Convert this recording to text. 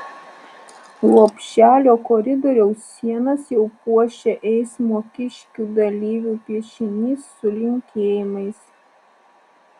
lopšelio koridoriaus sienas jau puošia eismo kiškių dalyvių piešinys su linkėjimais